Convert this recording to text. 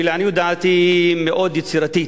שלעניות דעתי היא מאוד יצירתית: